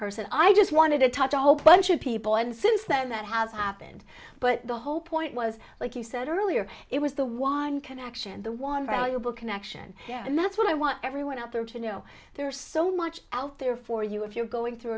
person i just wanted to touch a whole bunch of people and since then that has happened but the whole point was like you said earlier it was the one connection the one valuable connection and that's what i want everyone out there to know there are so much out there for you if you're going through